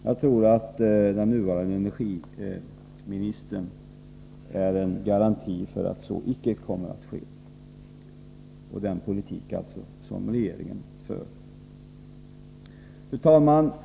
Jag tror att den nuvarande energiministern och den politik som regeringen för är en garanti för att så icke kommer att ske. Fru talman!